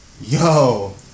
Yo